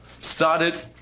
started